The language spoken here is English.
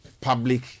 public